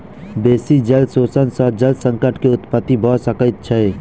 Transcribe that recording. बेसी जल शोषण सॅ जल संकट के उत्पत्ति भ सकै छै